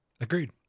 agreed